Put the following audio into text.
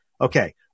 Okay